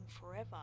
forever